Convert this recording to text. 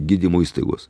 gydymo įstaigos